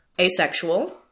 asexual